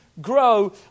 grow